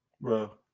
Bro